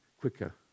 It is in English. quicker